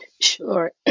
Sure